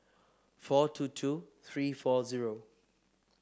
four two two three four zero